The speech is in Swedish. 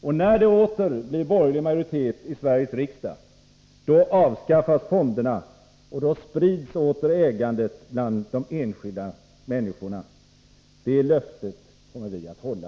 Och när det åter blir borgerlig majoritet i Sveriges riksdag, då avskaffas fonderna och då sprids åter ägandet bland de enskilda människorna. Det löftet kommer vi att hålla!